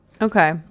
Okay